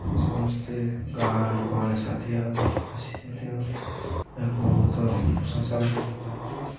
ସମସ୍ତେ ଗାଁ ଲୋକମାନେ ସାଥି ଆଉ ଦେଖି ଆସିଥାନ୍ତି ଆଉ ଏହାକୁ ବହୁତ ପ୍ରଶଂସା ମଧ୍ୟ କରିଥାନ୍ତି